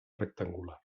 rectangular